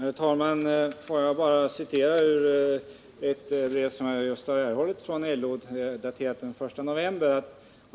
Herr talman! Jag vill först bara citera ur ett brev som jag just erhållit från LO och som är daterat den 1 november.